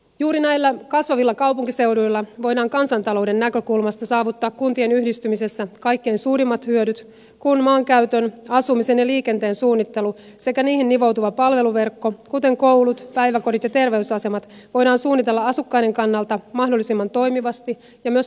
juuri näillä kasvavilla kaupunkiseuduilla voidaan kansantalouden näkökulmasta saavuttaa kuntien yhdistymisessä kaikkein suurimmat hyödyt kun maankäytön asumisen ja liikenteen suunnittelu sekä niihin nivoutuva palveluverkko kuten koulut päiväkodit ja terveysasemat voidaan suunnitella asukkaiden kannalta mahdollisimman toimivasti ja myös taloudellisesti